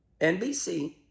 NBC